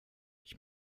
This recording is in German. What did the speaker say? ich